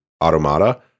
automata